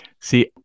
see